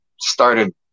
started